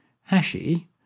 Hashi